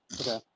Okay